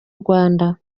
rwanda